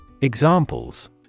Examples